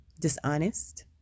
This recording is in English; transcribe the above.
dishonest